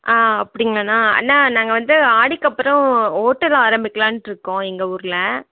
ஆ அப்படிங்களாண்ணா அண்ணா நாங்கள் வந்து ஆடிக்கு அப்புறம் ஓட்டல் ஆரம்பிக்கலான்ருக்கோம் எங்கள் ஊரில்